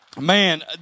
man